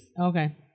Okay